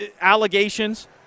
allegations